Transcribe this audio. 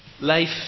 Life